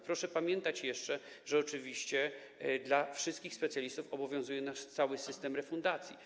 Proszę pamiętać jeszcze, że oczywiście wszystkich specjalistów obowiązuje cały system refundacji.